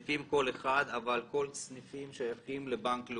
צריך שהאפליה הזאת תגרום ליכולת תחרותית שונה בין המתחרים השונים.